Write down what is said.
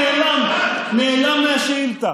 שהמאבטח, זה נעלם, נעלם מהשאילתה.